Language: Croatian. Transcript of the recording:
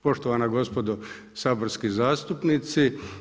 Poštovana gospodo saborski zastupnici.